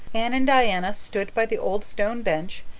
anne and diana stood by the old stone bench,